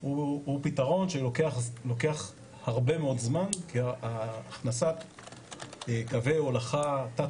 הוא פתרון שלוקח הרבה מאוד זמן כי הכנסת קווי הולכה תת